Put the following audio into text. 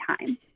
time